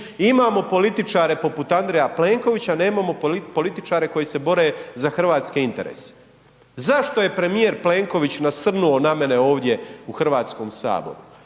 imamo političare poput Andreja Plenkovića, nemamo političare koji se bore za hrvatske interese. Zašto je premijer Plenković nasrnuo na mene ovdje u HS?